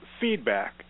feedback